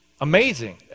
Amazing